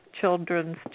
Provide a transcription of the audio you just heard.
children's